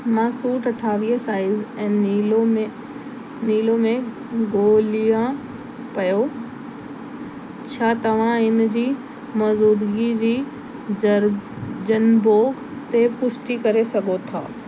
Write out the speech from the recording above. मां सूट अठावीह साईज़ ऐं नीलो में नीलो में ॻोल्हियां पियो छा तव्हां इन जी मौजूदगी जी जर जनबोग ते पुष्टि करे सघो था